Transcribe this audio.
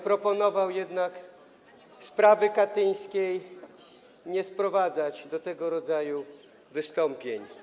Proponowałbym jednak sprawy katyńskiej nie sprowadzać do tego rodzaju wystąpień.